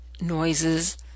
noises